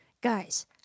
guys